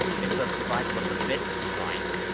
if the survival of the fittest is right